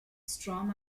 storm